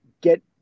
get